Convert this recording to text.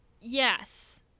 Yes